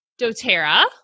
doTERRA